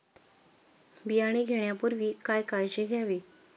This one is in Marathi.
बियाणे घेण्यापूर्वी काय काळजी घ्यावी?